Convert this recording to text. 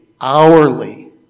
hourly